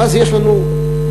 ואז יש לנו גיוון.